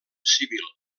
civil